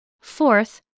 Fourth